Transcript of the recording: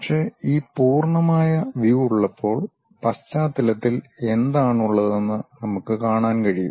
പക്ഷേ ഈ പൂർണ്ണമായ വ്യു ഉള്ളപ്പോൾ പശ്ചാത്തലത്തിൽ എന്താണുള്ളതെന്ന് നമുക്ക് കാണാൻ കഴിയും